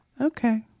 Okay